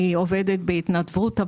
בהתנדבות,